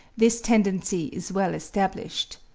this tendency is well established.